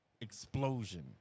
explosion